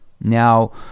Now